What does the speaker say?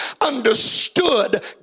understood